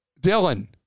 Dylan